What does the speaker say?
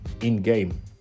in-game